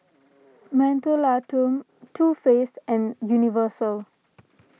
Mentholatum Too Faced and Universal